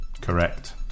correct